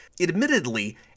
Admittedly